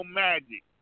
magic